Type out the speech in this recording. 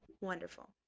Wonderful